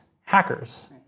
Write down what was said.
Hackers